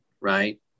right